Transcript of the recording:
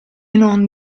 non